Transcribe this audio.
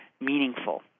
meaningful